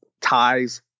ties